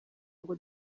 ngo